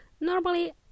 normally